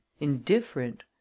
indifferent